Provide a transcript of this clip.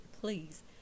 please